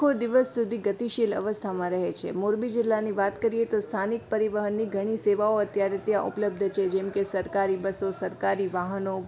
આખો દિવસ સુધી ગતિશીલ અવસ્થામાં રહે છે મોરબી જિલ્લાની વાત કરીએ તો સ્થાનિક પરિવહનની ઘણી સેવાઓ અત્યારે ત્યાં ઉપલબ્ધ છે જેમ કે સરકારી બસો સરકારી વાહનો